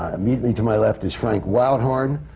immediately to my left is frank wildhorn.